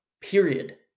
Period